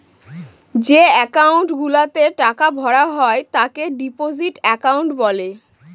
যে একাউন্ট গুলাতে টাকা ভরা হয় তাকে ডিপোজিট একাউন্ট বলে